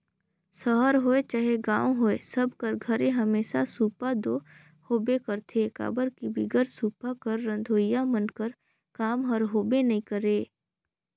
सहर होए चहे गाँव होए सब कर घरे हमेसा सूपा दो होबे करथे काबर कि बिगर सूपा कर रधोइया मन कर काम हर होबे नी करे